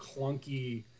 clunky